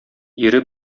ире